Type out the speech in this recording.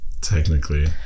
Technically